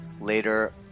Later